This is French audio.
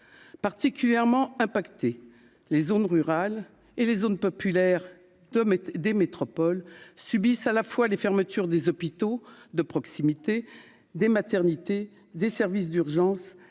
particulièrement impacté les zones rurales et les zones populaires Tom et des métropoles subissent à la fois les fermetures des hôpitaux de proximité des maternités, des services d'urgence